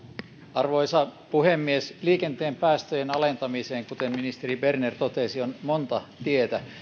arvoisa puhemies liikenteen päästöjen alentamiseen kuten ministeri berner totesi on monta tietä